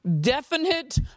definite